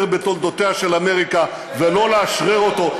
בתולדותיה של אמריקה ולא לאשרר אותו.